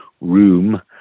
room